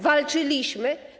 Walczyliśmy?